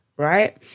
right